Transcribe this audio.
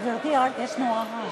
גברתי, יש נורא רעש.